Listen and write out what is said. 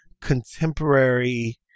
contemporary